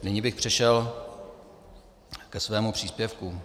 Nyní bych přešel ke svému příspěvku.